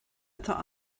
atá